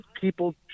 people